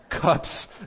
Cups